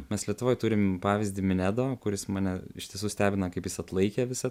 mes lietuvoj turim pavyzdį minedo kuris mane iš tiesų stebina kaip jis atlaikė visą